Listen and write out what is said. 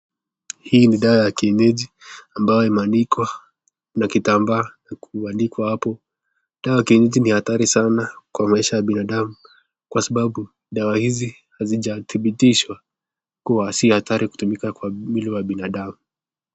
Hii ni dawa ya kienyeji ambayo imeandikwa na kitambaa huandikwa hapo ,dawa hii ni hatarii sana kwa maisha ya binadamu, kwa sababu dawa hizi hazijadhibitishwa kutumika kwa mwili ya binadamu